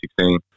2016